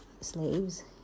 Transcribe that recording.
slaves